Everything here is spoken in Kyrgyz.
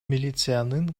милициянын